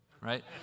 Right